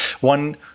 one